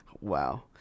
Wow